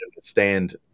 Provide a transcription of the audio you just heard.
stand